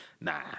Nah